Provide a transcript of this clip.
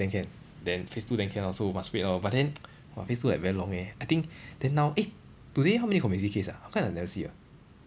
then can then phase two then can so must wait lor but then !wah! phase two like very long eh I think then now eh today how many community case ah how come I never see ah